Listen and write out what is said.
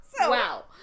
Wow